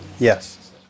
Yes